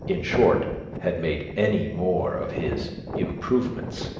in short, had made any more of his improvements.